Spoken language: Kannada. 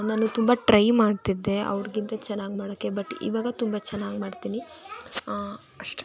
ನಾನು ತುಂಬ ಟ್ರೈ ಮಾಡ್ತಿದ್ದೆ ಅವ್ರಿಗಿಂತ ಚೆನ್ನಾಗಿ ಮಾಡೋಕ್ಕೆ ಬಟ್ ಇವಾಗ ತುಂಬ ಚೆನ್ನಾಗಿ ಮಾಡ್ತೀನಿ ಅಷ್ಟೆ